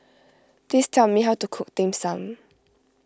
please tell me how to cook Dim Sum